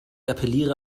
appelliere